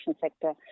sector